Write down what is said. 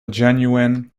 genuine